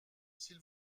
s’il